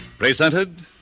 Presented